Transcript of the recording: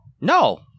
No